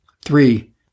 Three